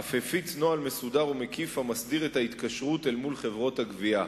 אף הפיץ נוהל מסודר ומקיף המסדיר את ההתקשרות עם חברות הגבייה,